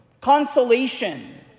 consolation